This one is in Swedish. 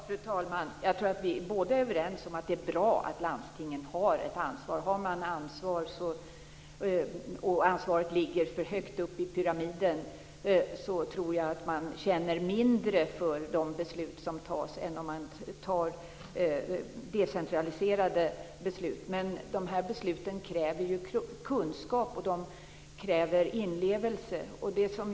Fru talman! Jag tror att vi båda är överens om att det är bra att landstingen har ett ansvar. Har man ansvar och ansvaret ligger för högt upp i pyramiden tror jag att man känner mindre för de beslut som fattas än om man fattar decentraliserade beslut. De här besluten kräver kunskap och inlevelse.